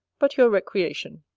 but your recreation.